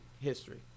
history